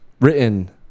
written